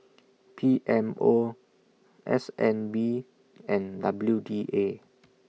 P M O S N B and W D A